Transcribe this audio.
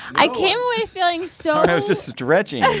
i came away feeling so i was just stretching